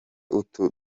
utu